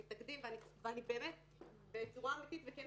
אנחנו מתנגדים לו ואני בצורה אמיתית וכנה